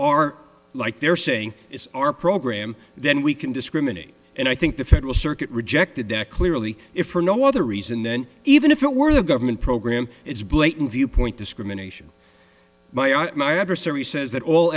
or like they're saying it's our program then we can discriminate and i think the federal circuit rejected that clearly if for no other reason then even if it were a government program it's blatant viewpoint discrimination my adversary says that all